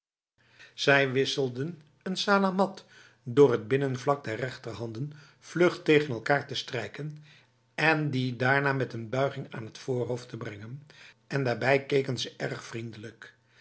zij wisselden een salamat door het binnenvlak der rechterhanden vlug tegen elkaar te strijken en die daarna met een buiging aan t voorhoofd te brengen en daarbij keken ze erg vriendelijk